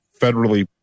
federally